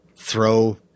throw